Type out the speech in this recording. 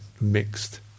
mixed